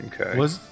Okay